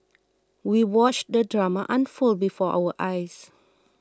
we watched the drama unfold before our eyes